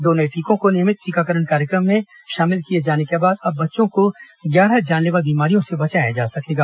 दो नए टीकों को नियमित टीकाकरण कार्यक्रम में शामिल किए जाने के बाद अब बच्चों को ग्यारह जानलेवा बीमारियों से बचाया जा सकेगा